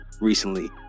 recently